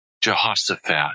Jehoshaphat